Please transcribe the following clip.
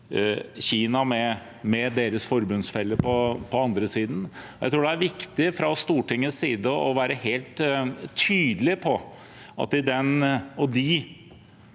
151 med deres forbundsfeller på den andre. Jeg tror det er viktig fra Stortingets side å være helt tydelig på at